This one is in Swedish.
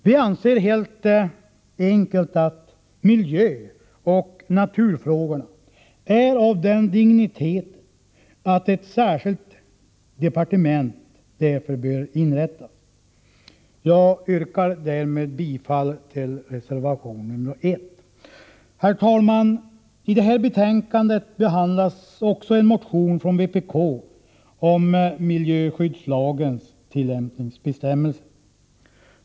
Vi anser helt enkelt att miljöoch naturfrågorna är av den digniteten att ett särskilt departement därför bör inrättas. Jag yrkar därmed bifall till reservation nr 1. Herr talman! I detta betänkande behandlas också en motion från vpk om miljöskyddslagens tillämpningsbestämmelser.